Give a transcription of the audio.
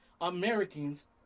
Americans